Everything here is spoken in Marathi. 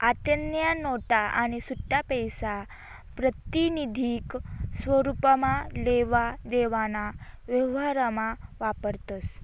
आत्तेन्या नोटा आणि सुट्टापैसा प्रातिनिधिक स्वरुपमा लेवा देवाना व्यवहारमा वापरतस